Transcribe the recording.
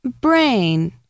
Brain